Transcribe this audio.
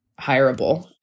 hireable